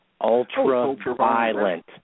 Ultra-violent